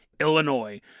Illinois